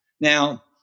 Now